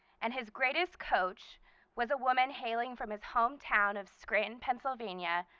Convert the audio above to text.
and his greatest coach was a woman hailing from his home town of scranton, pennsylvania,